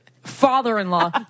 father-in-law